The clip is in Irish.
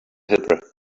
hoibre